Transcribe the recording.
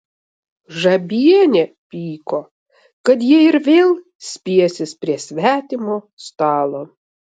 žabienė pyko kad jie ir vėl spiesis prie svetimo stalo